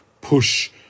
push